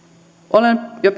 olen jo